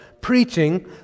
preaching